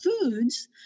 foods